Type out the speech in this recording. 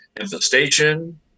infestation